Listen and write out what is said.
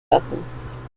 lassen